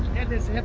it is